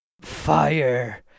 fire